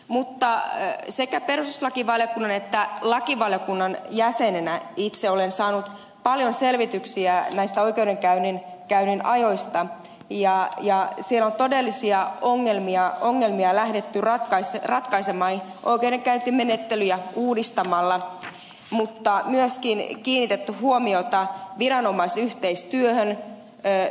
mutta sekä perustuslakivaliokunnan että lakivaliokunnan jäsenenä itse olen saanut paljon selvityksiä näistä oikeudenkäynnin ajoista ja todellisia ongelmia on lähdetty ratkaisemaan oikeudenkäyntimenettelyjä uudistamalla mutta on myöskin kiinnitetty huomiota viranomaisyhteistyöhön ey